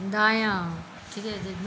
दायाँ